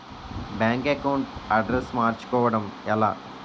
Bank account address మార్చుకోవడం ఎలా?